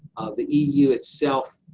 the eu itself,